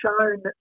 shown